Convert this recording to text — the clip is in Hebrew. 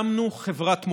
והקמנו חברת מופת.